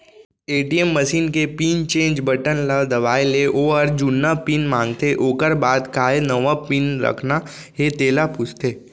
ATM machine के pin change button ल दबाए ले ओहर जुन्ना पिन मांगथे ओकर बाद काय नवा पिन रखना हे तेला पूछथे